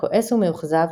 כועס ומאוכזב,